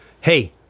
hey